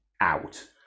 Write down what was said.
out